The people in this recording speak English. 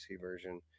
version